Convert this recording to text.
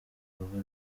bikorwa